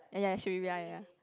ya ya should be ya ya ya